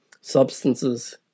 substances